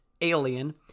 Alien